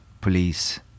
police